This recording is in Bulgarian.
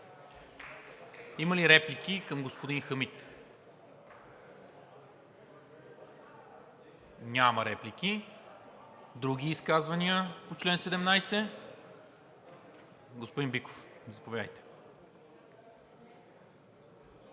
Има ли реплики към господин Хамид? Няма. Други изказвания по чл. 17? Господин Биков – заповядайте.